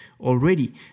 already